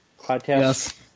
podcast